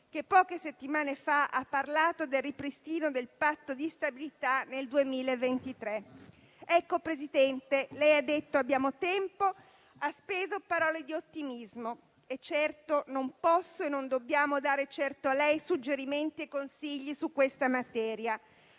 che poche settimane fa ha parlato del ripristino del Patto di stabilità nel 2023. Signor Presidente del Consiglio, lei ha detto che abbiamo tempo e ha speso parole di ottimismo e di certo non possiamo e non dobbiamo dare a lei suggerimenti e consigli su questa materia;